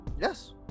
yes